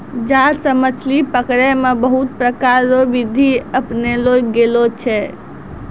जाल से मछली पकड़ै मे बहुत प्रकार रो बिधि अपनैलो गेलो छै